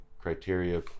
criteria